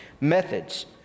methods